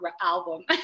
album